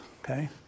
okay